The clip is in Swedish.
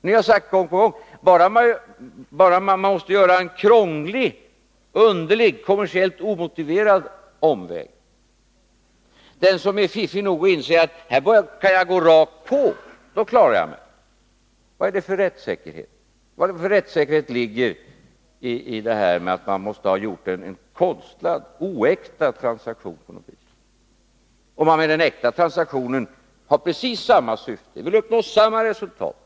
Ni har sagt gång på gång att klausulen skall tillämpas bara om den skattskyldige har använt en krånglig, underlig och kommersiellt omotiverad omväg. Den som är fiffig nog inser att han kan gå ”rakt på” för då klarar han sig. Men vad för slags rättssäkerhet är det? Vilken rättssäkerhet ligger i kravet på att man måste ha gjort en konstlad och oäkta transaktion, om man med den äkta transaktionen har precis samma syfte, om man vill uppnå samma resultat?